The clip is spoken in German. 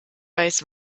weiß